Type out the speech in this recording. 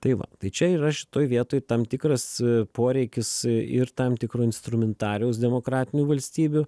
tai va tai čia yra šitoj vietoj tam tikras poreikis ir tam tikro instrumentarijaus demokratinių valstybių